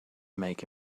make